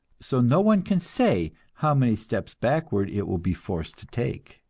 so no one can say how many steps backward it will be forced to take.